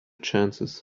chances